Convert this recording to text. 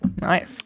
Nice